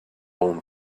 own